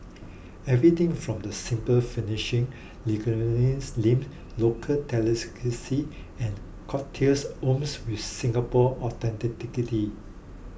everything from the simple finishing name local delicacies and cocktails oozes with Singapore authenticity